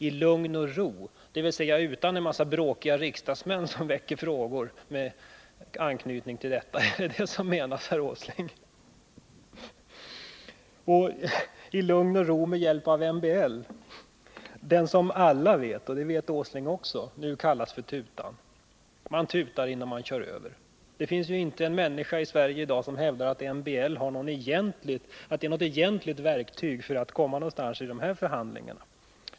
I lugn och ro — dvs. utan en mängd bråkiga riksdagsmän som framställer frågor med anknytning till det här. Är det detta som menas, herr Åsling? I lugn och ro och med hjälp av MBL, som enligt vad alla vet — även herr Åsling — nu kallas för tutan: man tutar innan man kör över. Det finns ju inte en människa i Sverige i dag som hävdar att MBL är något egentligt verktyg för att komma någonstans i de här förhandlingarna.